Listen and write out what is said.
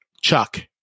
chuck